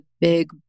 big